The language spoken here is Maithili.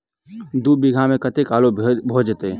दु बीघा मे कतेक आलु भऽ जेतय?